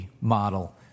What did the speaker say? model